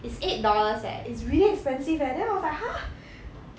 is eight dollars eh it's really expensive leh then I was like !huh!